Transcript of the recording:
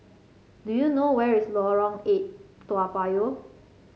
do you know where is Lorong Eight Toa Payoh